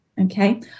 Okay